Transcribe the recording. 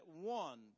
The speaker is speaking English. one